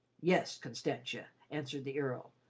yes, constantia, answered the earl,